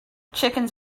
chickens